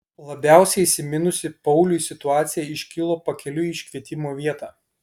labiausiai įsiminusi pauliui situacija iškilo pakeliui į iškvietimo vietą